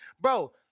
bro